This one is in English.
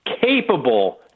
capable